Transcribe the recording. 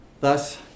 Thus